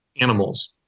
animals